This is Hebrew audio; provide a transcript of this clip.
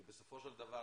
כי בסופו של דבר,